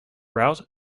route